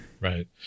Right